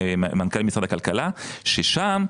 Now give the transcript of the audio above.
מנכ"ל משרד הכלכלה כאשר שם,